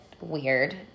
weird